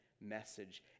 message